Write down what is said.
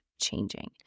changing